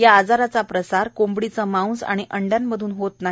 या आजाराचा प्रसार कोंबडीचं मांस आणि अंडय़ांमधून होत नाही